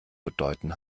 bedeuten